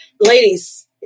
Ladies